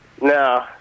No